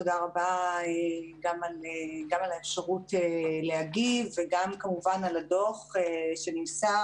תודה רבה גם על האפשרות להגיב וגם כמובן על הדוח שנמסר.